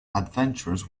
adventures